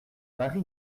mari